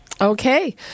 Okay